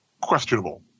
questionable